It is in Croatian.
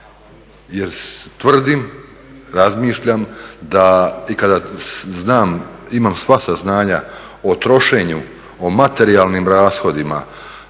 jer tvrdim, razmišljam da i kada znam, imam sva saznanja o trošenju, o materijalnim rashodima,